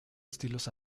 estilos